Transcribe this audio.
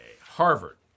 Harvard